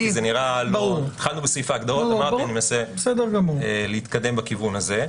כנראה שהוא --- הוא גם נותן השירות הזה.